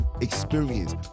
experience